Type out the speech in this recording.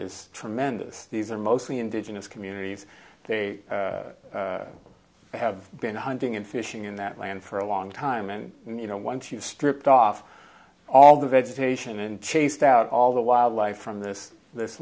is tremendous these are mostly indigenous communities they have i've been hunting and fishing in that land for a long time and you know once you've stripped off all the vegetation and chased out all the wildlife from this this